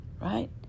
Right